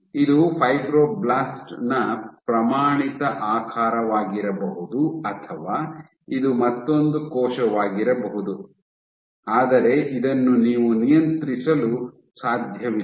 ಇದು ಫೈಬ್ರೊಬ್ಲಾಸ್ಟ್ ನ ಪ್ರಮಾಣಿತ ಆಕಾರವಾಗಿರಬಹುದು ಅಥವಾ ಇದು ಮತ್ತೊಂದು ಕೋಶವಾಗಿರಬಹುದು ಆದರೆ ಇದನ್ನು ನೀವು ನಿಯಂತ್ರಿಸಲು ಸಾಧ್ಯವಿಲ್ಲ